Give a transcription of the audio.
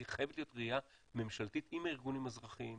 היא חייבת להיות ראייה ממשלתית עם הארגונים האזרחיים,